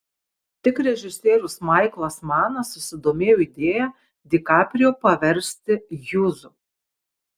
tik režisierius maiklas manas susidomėjo idėja di kaprijo paversti hjūzu